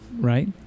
right